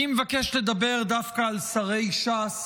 אני מבקש לדבר דווקא על שרי ש"ס